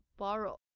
borrow